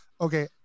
okay